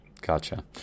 Gotcha